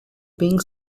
being